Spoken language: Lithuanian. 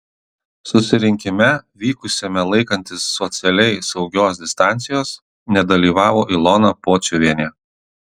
susirinkime vykusiame laikantis socialiai saugios distancijos nedalyvavo ilona pociuvienė